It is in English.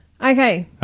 Okay